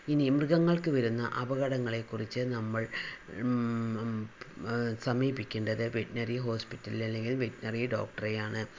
ഇനി മൃഗങ്ങൾക്ക് വരുന്ന അപകടങ്ങളെ കുറിച്ച് നമ്മൾ സമീപിക്കേണ്ടത് വെറ്ററിനറി ഹോസ്പിറ്റലിൽ അല്ലെങ്കിൽ വെറ്ററിനറി ഡോക്ടറെ ആണ്